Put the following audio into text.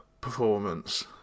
performance